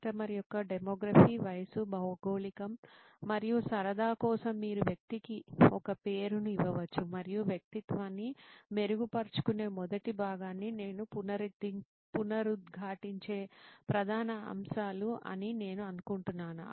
customer యొక్క demography వయస్సు భౌగోళికం మరియు సరదా కోసం మీరు వ్యక్తికి ఒక పేరును ఇవ్వవచ్చు మరియు వ్యక్తిత్వాన్ని మెరుగుపరుచుకునే మొదటి భాగాన్ని నేను పునరుద్ఘాటించే ప్రధాన అంశాలు అని నేను అనుకుంటున్నాను